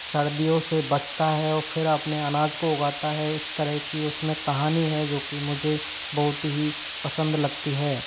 सर्दियों से बचता है और फिर अपने अनाज को उगाता है इस तरह की उसमें कहानी है जोकि मुझे बहुत ही पसंद लगती है